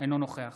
אינו נוכח